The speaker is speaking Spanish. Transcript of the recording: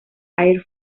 air